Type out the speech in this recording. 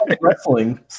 Wrestling